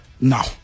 now